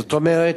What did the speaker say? זאת אומרת,